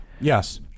Yes